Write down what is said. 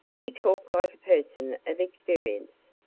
you talk like a person of experience.